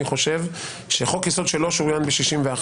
אני חושב שחוק יסוד שלא שוריין ב-61